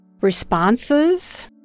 responses